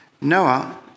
Noah